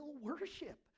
worship